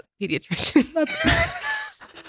Pediatrician